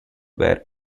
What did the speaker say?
where